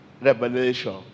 revelation